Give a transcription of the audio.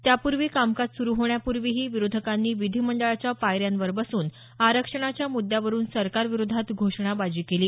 त्यापूर्वी कामकाज सुरु होण्यापूर्वीही विरोधकांनी विधीमंडळाच्या पायऱ्यांवर बसून आरक्षणाच्या मुद्यावरुन सरकारविरोधात घोषणाबाजी केली